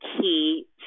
key